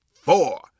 four